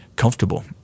comfortable